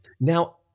Now